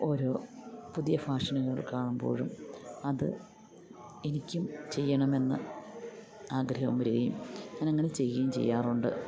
ഓരോ പുതിയ ഫാഷനുകൾ കാണുമ്പോഴും അത് എനിക്കും ചെയ്യണമെന്ന് ആഗ്രഹം വരികയും ഞാനങ്ങനെ ചെയ്യുകയും ചെയ്യാറുണ്ട്